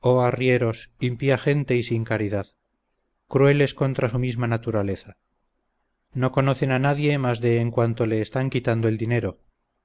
oh arrieros impía gente y sin caridad crueles contra su misma naturaleza no conocen a nadie más de en cuanto le están quitando el dinero